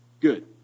Good